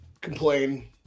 complain